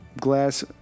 glass